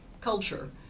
culture